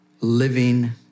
living